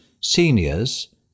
seniors